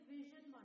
Vision